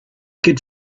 could